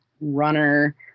runner